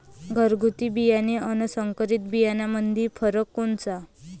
घरगुती बियाणे अन संकरीत बियाणामंदी फरक कोनचा?